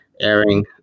airing